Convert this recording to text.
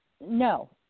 No